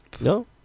no